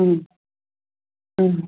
ம் ம்